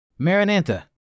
Marinanta